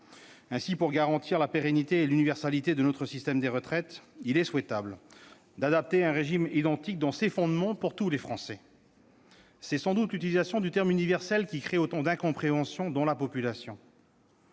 Ainsi, pour garantir la pérennité et l'universalité de notre système de retraite, il est souhaitable d'adopter un régime identique dans ses fondements pour tous les Français. C'est sans doute l'utilisation du terme « universel » qui crée autant d'incompréhension dans la population.